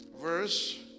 Verse